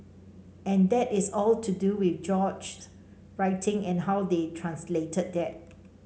and that is all to do with George's writing and how they translated that